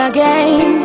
Again